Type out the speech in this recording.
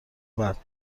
بعد